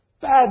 bad